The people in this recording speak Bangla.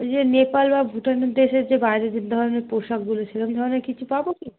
ওই যে নেপাল বা ভুটানি দেশের যে বাইরের ধরণের পোশাকগুলো সেরম ধরণের কিছু পাবো কি